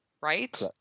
right